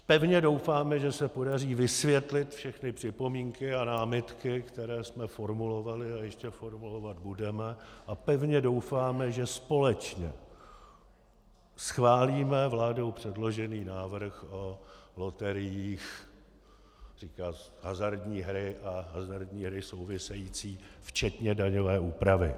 Pevně doufáme, že se podaří vysvětlit všechny připomínky a námitky, které jsme formulovali a ještě formulovat budeme, a pevně doufáme, že společně schválíme vládou předložený návrh o loteriích, hazardní hry a hazardní hry související, včetně daňové úpravy.